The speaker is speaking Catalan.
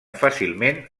fàcilment